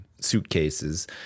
suitcases